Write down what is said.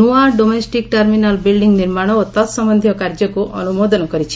ନୁଆ domestic terminal building ନିର୍ମାଣ ଓ ତତ୍ସମ୍ୟନ୍ଧୀୟ କାର୍ଯ୍ୟକୁ ଅନୁମୋଦନ କରିଛି